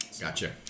Gotcha